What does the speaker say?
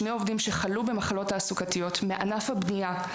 שני עובדים בחלו במחלות תעסוקתיות מענף הבנייה,